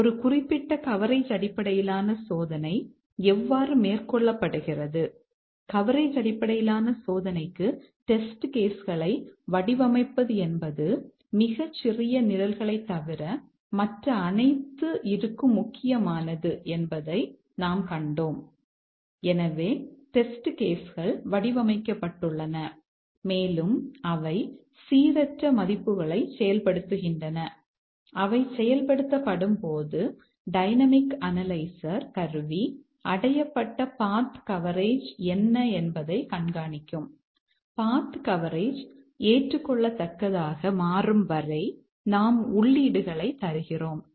ஒரு குறிப்பிட்ட கவரேஜ் அடிப்படையிலான சோதனை எவ்வாறு மேற்கொள்ளப்படுகிறது